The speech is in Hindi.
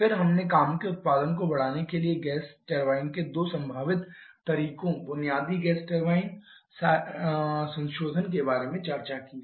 फिर हमने काम के उत्पादन को बढ़ाने के लिए गैस टरबाइन के दो संभावित तरीकों बुनियादी गैस टरबाइन चक्र संशोधन के बारे में चर्चा की है